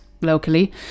locally